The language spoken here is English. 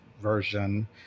version